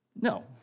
No